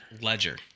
Ledger